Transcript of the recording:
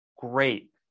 great